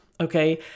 Okay